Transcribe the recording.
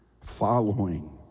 following